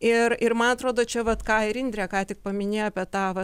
ir ir man atrodo čia vat ką ir indrė ką tik paminėjo apie tą va